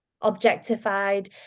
Objectified